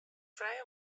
frij